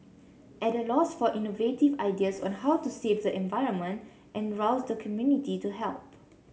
at a loss for innovative ideas on how to save the environment and rouse the community to help